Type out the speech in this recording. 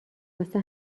واسه